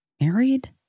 married